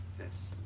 this